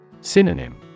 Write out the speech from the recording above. Synonym